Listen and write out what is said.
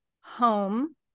home